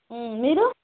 మీరు